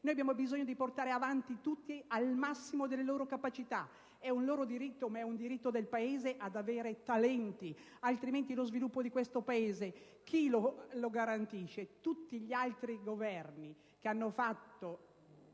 Abbiamo bisogno di portare avanti tutti, al massimo delle capacità di ciascuno. È un loro diritto, ma è un diritto del Paese avere talenti, altrimenti lo sviluppo di questo Paese chi lo garantisce? Tutti gli altri Governi che hanno